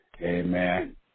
amen